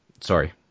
Sorry